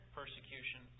persecution